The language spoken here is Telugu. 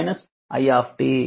అప్పుడు iC i